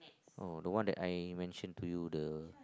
oh the one that I mention to you the